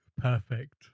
perfect